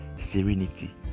serenity